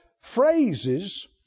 phrases